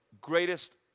greatest